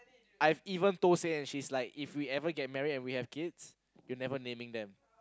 I even told say and she's like if we ever get married and we have kids you are never naming them